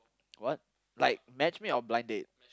what like matchmake or blind date